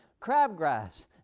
Crabgrass